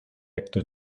actor